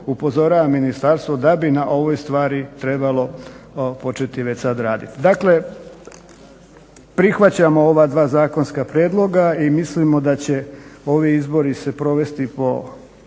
upozoravam ministarstvo da bi na ovoj stvari trebalo početi već sad raditi. Dakle prihvaćamo ova dva zakonska prijedloga i mislimo da će ovi izbori se provesti po